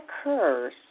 occurs